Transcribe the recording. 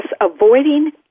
avoiding